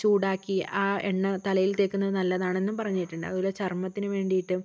ചൂടാക്കി ആ എണ്ണ തലയിൽ തേക്കുന്നത് നല്ലതാണെന്നും പറഞ്ഞുകേട്ടിട്ടുണ്ട് അതുപോലെ ചർമ്മത്തിന് വേണ്ടിയിട്ടും